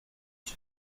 qui